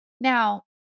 Now